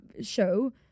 show